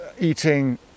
eating